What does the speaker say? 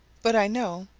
but i know,